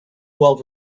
well